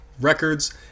records